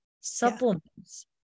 supplements